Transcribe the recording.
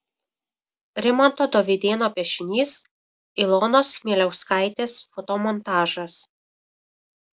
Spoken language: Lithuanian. rimanto dovydėno piešinys ilonos chmieliauskaitės fotomontažas